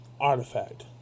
Artifact